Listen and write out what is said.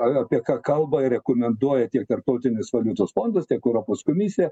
apie ką kalba ir rekomenduoja tiek tarptautinis valiutos fondas tiek europos komisija